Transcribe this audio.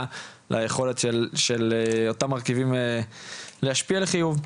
ליכולת של אותם מרכיבים להשפיע לחיוב.